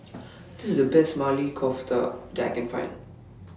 This IS The Best Maili Kofta that I Can Find